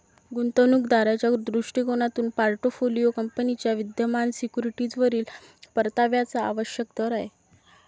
गुंतवणूक दाराच्या दृष्टिकोनातून पोर्टफोलिओ कंपनीच्या विद्यमान सिक्युरिटीजवरील परताव्याचा आवश्यक दर आहे